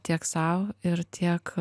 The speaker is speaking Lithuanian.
tiek sau ir tiek